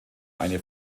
eine